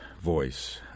voice